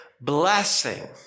blessing